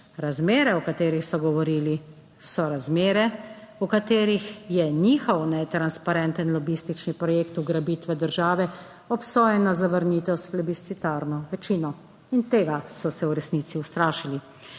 Razmere, o katerih so govorili, so razmere, v katerih je njihov netransparenten lobistični projekt ugrabitve države obsojen na zavrnitev s plebiscitarno večino, in tega so se v resnici ustrašili.